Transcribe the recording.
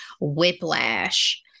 whiplash